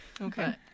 Okay